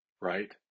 right